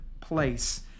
place